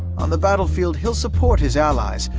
on the battlefield, he'll support his allies,